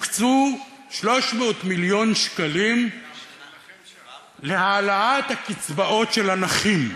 הוקצו 300 מיליון שקלים להעלאת הקצבאות של הנכים.